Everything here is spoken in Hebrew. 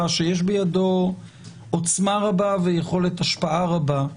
שיש בידו עוצמה רבה ויכולת השפעה רבה,